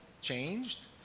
changed